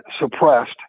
suppressed